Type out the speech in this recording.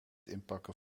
inpakken